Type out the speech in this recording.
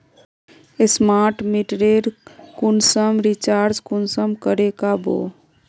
Smart मीटरेर कुंसम recharge कुंसम करे का बो?